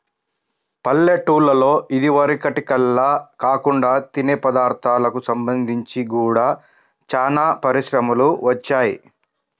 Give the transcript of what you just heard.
పల్లెటూల్లలో ఇదివరకటిల్లా కాకుండా తినే పదార్ధాలకు సంబంధించి గూడా చానా పరిశ్రమలు వచ్చాయ్